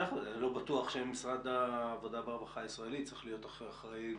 אני לא בטוח שמשרד העבודה והרווחה הישראלי צריך להיות אחראי.